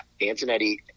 Antonetti –